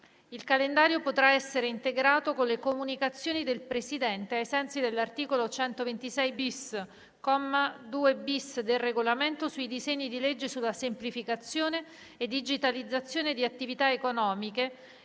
Il calendario potrà essere integrato con le comunicazioni del Presidente, ai sensi dell'articolo 126-*bis*, comma 2-*bis,* del Regolamento, sui disegni di legge sulla semplificazione e digitalizzazione di attività economiche